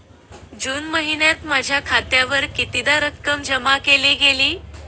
जून महिन्यात माझ्या खात्यावर कितीदा रक्कम जमा केली गेली?